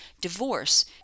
divorce